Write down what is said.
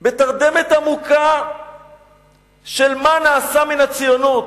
בתרדמת עמוקה של מה נעשה מן הציונות.